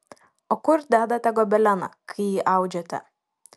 o kur dedate gobeleną kai jį audžiate